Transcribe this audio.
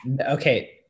Okay